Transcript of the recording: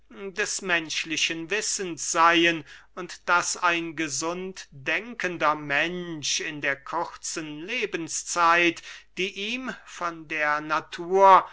des menschlichen wissens seyen und daß ein gesunddenkender mensch in der kurzen lebenszeit die ihm von der natur